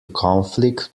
conflict